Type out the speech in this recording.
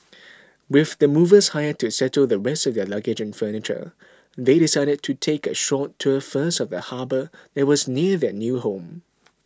with the movers hired to settle the rest of their luggage and furniture they decided to take a short tour first of the harbour that was near their new home